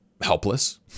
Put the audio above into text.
helpless